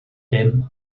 dim